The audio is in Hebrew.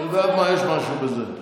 את יודעת מה, יש משהו בזה.